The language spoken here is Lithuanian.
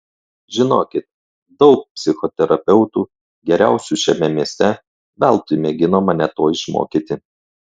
žinokit daug psichoterapeutų geriausių šiame mieste veltui mėgino mane to išmokyti